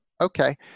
okay